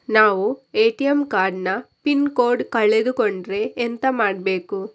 ನಾವು ATM card ನ PIN code ಕಳೆದು ಕೊಂಡ್ರೆ ಎಂತ ಮಾಡ್ಬೇಕು?